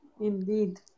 Indeed